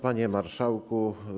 Panie Marszałku!